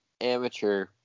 amateur